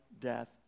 death